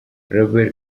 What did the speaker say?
robert